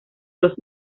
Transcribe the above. los